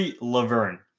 laverne